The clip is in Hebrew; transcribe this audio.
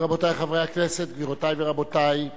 רבותי חברי הכנסת, גבירותי ורבותי,